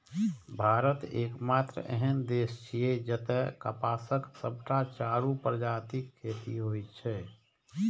भारत एकमात्र एहन देश छियै, जतय कपासक सबटा चारू प्रजातिक खेती होइ छै